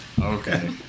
okay